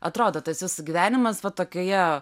atrodo tas jūsų gyvenimas va tokioje